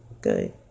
Good